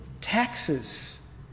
taxes